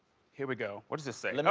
here we go, what does this say? you know